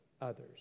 others